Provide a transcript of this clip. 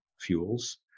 fuels